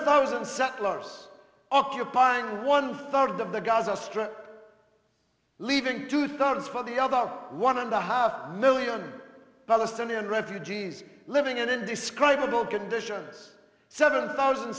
thousand settlers occupying one third of the gaza strip leaving two thirds for the other one and a half million palestinian refugees living in indescribable conditions seven thousand